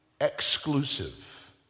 exclusive